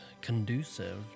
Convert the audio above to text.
conducive